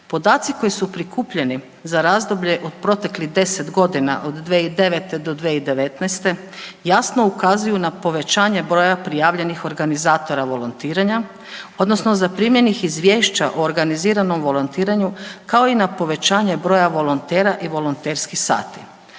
Podaci koji su prikupljeni za razdoblje od proteklih 10 godina od 2009. do 2019. jasno ukazuju na povećanje broja prijavljenih organizatora volontiranja odnosno zaprimljenih izvješća o organiziranom volontiranju kao i na povećanje broja volontera i volonterskih sati.